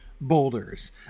boulders